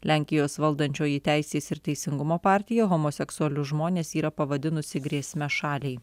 lenkijos valdančioji teisės ir teisingumo partija homoseksualius žmones yra pavadinusi grėsme šaliai